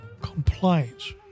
compliance